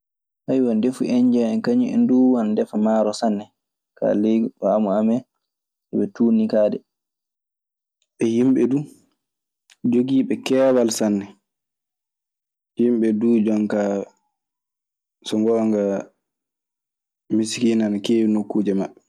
Ndefu indiyen en kañun en duu ana ndefa maaro sanne Kaa ley faamu amen, eɓe tuuni kaa de. Ɓe yimɓe duu jogiiɓe keewal sanne. Yimɓe duu jon kaa, so ngoonga, miskiina ana keewi nokkuuje maɓɓe.